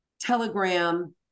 Telegram